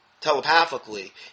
telepathically